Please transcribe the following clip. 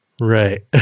Right